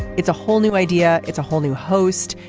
it's a whole new idea. it's a whole new host.